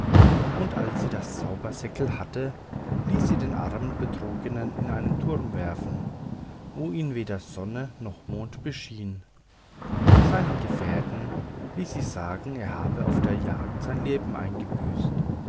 und als sie das zaubersäckel hatte ließ sie den armen betrogenen in einen turm werfen wo ihn weder sonne noch mond beschien seinen gefährten ließ sie sagen er habe auf der jagd sein leben eingebüßt